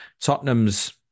Tottenham's